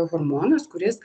hormonas kuris